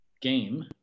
game